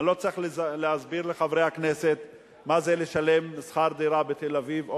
אני לא צריך להסביר לחברי הכנסת מה זה לשלם שכר דירה בתל-אביב,